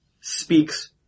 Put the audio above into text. speaks